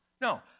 no